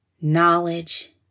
knowledge